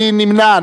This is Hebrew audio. מי נמנע?